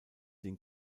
den